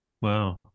Wow